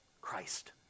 Christ